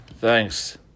Thanks